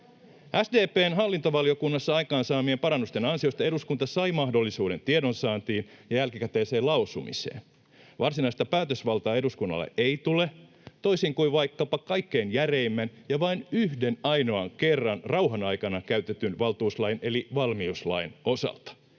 SDP:n hallintovaliokunnassa aikaansaamien parannusten ansiosta eduskunta sai mahdollisuuden tiedonsaantiin ja jälkikäteiseen lausumiseen. Varsinaista päätösvaltaa eduskunnalle ei tule, toisin kuin vaikkapa kaikkein järeimmän ja vain yhden ainoan kerran rauhanaikana käytetyn valtuuslain eli valmiuslain osalta.